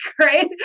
right